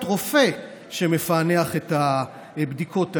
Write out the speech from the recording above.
זה צריך להיות רופא שמפענח את הבדיקות האלה,